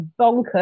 bonkers